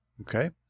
Okay